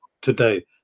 today